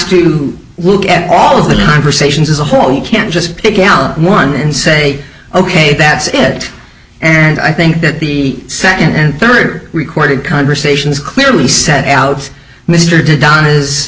to look at all of the conversations as a whole we can't just pick out one and say ok that's it and i think that the second and third recorded conversation is clearly set out mr to donna